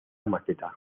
maqueta